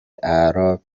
اعراب